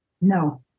No